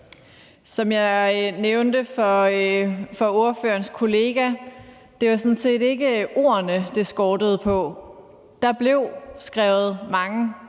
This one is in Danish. Som jeg nævnte for ordførerens kollega, var det sådan set ikke ord, det skortede på. Der blev skrevet mange